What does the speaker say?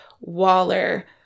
Waller